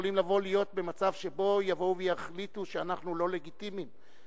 יכולים לבוא ולהיות במצב שבו יבואו ויחליטו שאנחנו לא לגיטימיים,